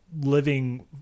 living